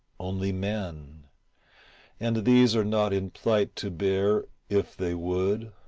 only men and these are not in plight to bear, if they would,